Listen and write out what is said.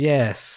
Yes